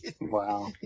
Wow